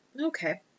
Okay